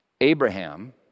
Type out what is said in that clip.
Abraham